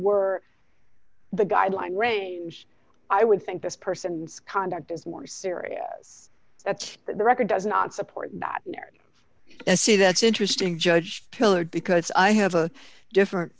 were the guideline range i would think this person's conduct is more syria that's the record does not support that and see that's interesting judge killer because i have a different